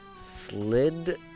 slid